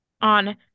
on